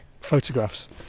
photographs